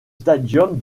stadium